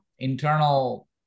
Internal